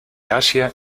asia